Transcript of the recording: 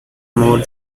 more